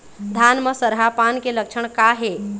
धान म सरहा पान के लक्षण का हे?